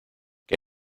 que